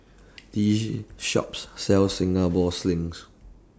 This Shop sells Singapore Slings